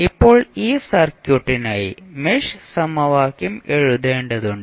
ഇപ്പോൾ ഈ സർക്യൂട്ടിനായി മെഷ് സമവാക്യം എഴുതേണ്ടതുണ്ട്